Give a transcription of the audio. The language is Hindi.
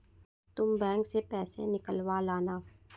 तुम बैंक से पैसे निकलवा लाना